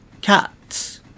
Cats